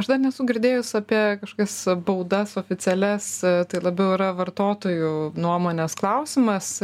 aš dar nesu girdėjus apie kažkokias baudas oficialias tai labiau yra vartotojų nuomonės klausimas